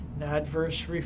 adverse